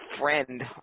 friend